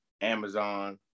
Amazon